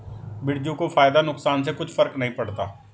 बिरजू को फायदा नुकसान से कुछ फर्क नहीं पड़ता